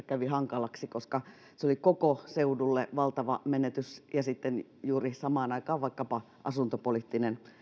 kävi hankalaksi koska se oli koko seudulle valtava menetys ja juuri samaan aikaan vaikkapa asuntopoliittinen